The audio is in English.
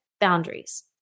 boundaries